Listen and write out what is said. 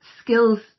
skills